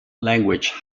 language